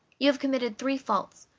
you have committed three faults.